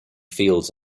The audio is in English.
fields